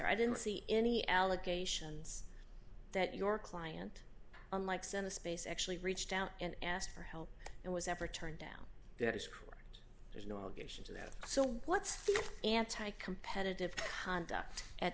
i didn't see any allegations that your client unlike send a space actually reached out and asked for help and was ever turned down that is correct there's no allegation to that so what's anti competitive conduct at